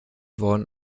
wurden